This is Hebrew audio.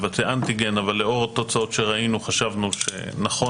לבצע אנטיגן אבל לאור התוצאות שראינו חשבנו שנכון